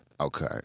Okay